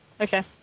Okay